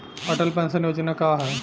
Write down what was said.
Atal pension Yojana का ह?